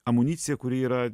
amunicija kuri yra